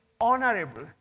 honorable